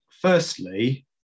Firstly